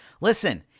Listen